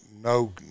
no